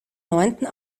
neunten